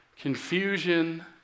Confusion